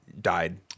died